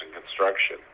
Construction